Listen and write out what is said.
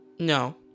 No